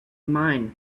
mine